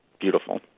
Beautiful